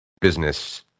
business